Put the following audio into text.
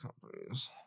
companies